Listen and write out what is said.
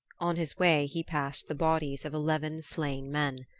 on his way he passed the bodies of eleven slain men.